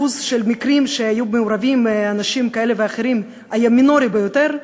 ואחוז המקרים שהיו מעורבים בהם אנשים כאלה ואחרים היה מינורי ביותר.